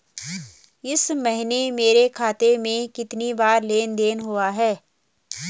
इस महीने मेरे खाते में कितनी बार लेन लेन देन हुआ है?